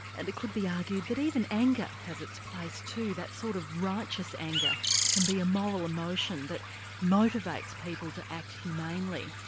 and it could be argued that even anger has its place too, too, that sort of righteous anger can be a moral emotion that motivates people to act humanely.